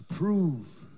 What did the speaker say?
Prove